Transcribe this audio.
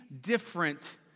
different